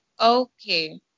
Okay